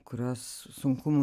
kurios sunkumų